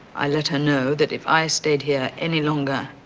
i let her know that if i stayed here any longer,